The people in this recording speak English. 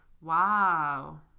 Wow